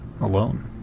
alone